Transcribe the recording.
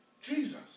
Jesus